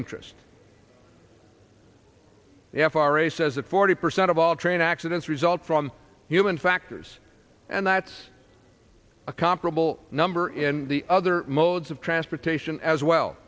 interest the f r a says that forty percent of all train accidents result from human factors and that's a comparable number in the other modes of transportation as well